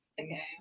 Okay